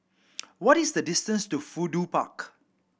what is the distance to Fudu Park